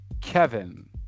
Kevin